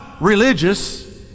religious